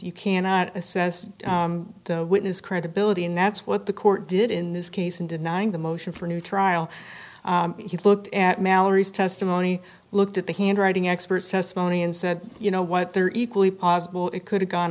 you cannot assess the witness credibility and that's what the court did in this case in denying the motion for new trial he looked at mallory's testimony looked at the handwriting expert testimony and said you know what they're equally possible it could have gone